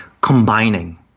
combining